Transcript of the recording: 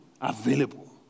available